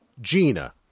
Gina